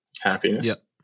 happiness